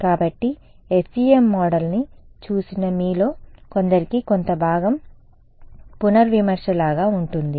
కాబట్టి FEM మోడల్ని చూసిన మీలో కొందరికి కొంత భాగం పునర్విమర్శ లాగా ఉంటుంది